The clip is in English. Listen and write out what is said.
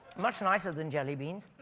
much nicer than jellybeans.